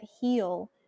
heal